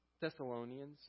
Thessalonians